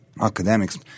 academics